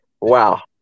wow